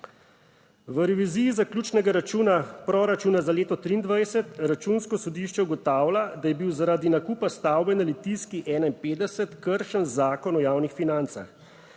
V reviziji zaključnega računa proračuna za leto 2023, Računsko sodišče ugotavlja, da je bil zaradi nakupa stavbe na Litijski 51, kršen zakon o javnih financah,